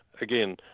Again